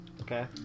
Okay